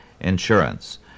insurance